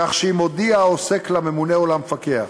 כך שאם הודיע העוסק לממונה או למפקח